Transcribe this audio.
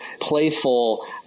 playful